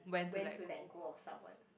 when to let go of someone